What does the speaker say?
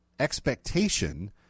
expectation